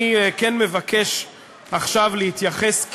אני כן מבקש עכשיו להתייחס,